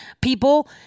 people—